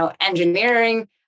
engineering